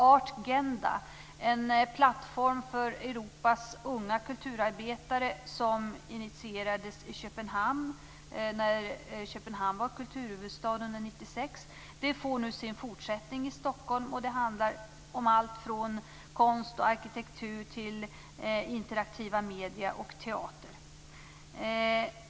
Art Genda, en plattform för Europas unga kulturarbetare, som initierades under 1996, när Köpenhamn var kulturhuvudstad, får nu sin fortsättning i Stockholm. Det handlar om allt från konst och arkitektur till interaktiva medier och teater.